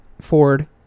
Ford